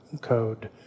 Code